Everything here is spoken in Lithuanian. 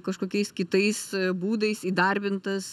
kažkokiais kitais būdais įdarbintas